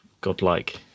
godlike